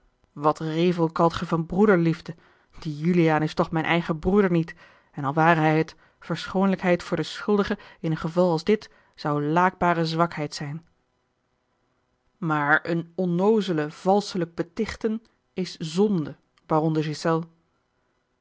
wat revelkalt gij van broederliefde die juliaan is toch mijn eigen broeder niet en al ware hij het verschoonlijkheid voor den schuldige in een geval als dit zou laakbare zwakheid zijn maar een onnoozele valschelijk betichten is zonde